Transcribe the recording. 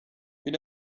you